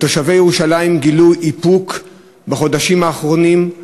ותושבי ירושלים גילו איפוק בחודשים האחרונים,